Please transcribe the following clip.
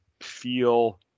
feel